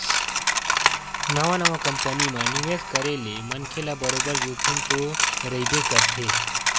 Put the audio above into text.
नवा नवा कंपनी म निवेस करे ले मनखे ल बरोबर जोखिम तो रहिबे करथे